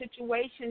situations